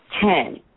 ten